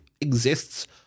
exists